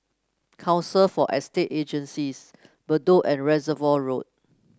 Council for Estate Agencies Bedok and Reservoir Road